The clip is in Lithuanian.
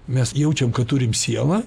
mes jaučiam kad turim sielą